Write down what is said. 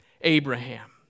Abraham